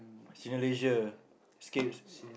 Cineleisure scape